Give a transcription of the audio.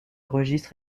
registre